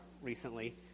recently